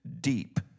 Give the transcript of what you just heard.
deep